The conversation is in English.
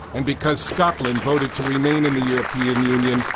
and because scotland voted to remain in the european union,